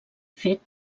fet